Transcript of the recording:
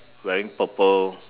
wearing purple